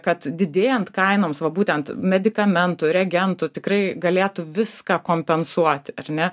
kad didėjant kainoms va būtent medikamentų reagentų tikrai galėtų viską kompensuoti ar ne